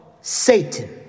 Satan